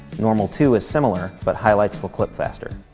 normal two is similar, but highlights will clip faster.